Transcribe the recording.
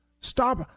Stop